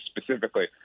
specifically